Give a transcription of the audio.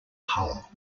hull